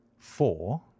four